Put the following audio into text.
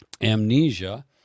Amnesia